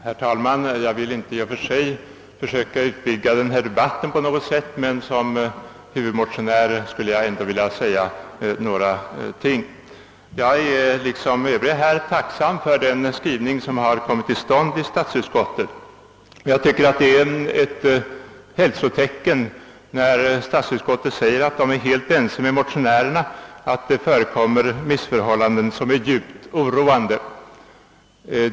Herr talman! Jag skall inte försöka utvidga denna debatt, men i egenskap av huvudmotionär skulle jag vilja säga några ord. Jag är, liksom Övriga talare, tacksam för den skrivning som statsutskottet gjort. Det är ett hälsotecken när utskottet säger sig vara helt ense med motionärerna om att det förekommer missförhållanden som är djupt oroande.